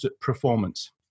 performance